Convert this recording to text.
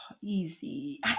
easy